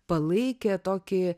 palaikė tokį